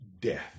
death